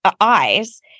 eyes